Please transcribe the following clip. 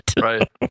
Right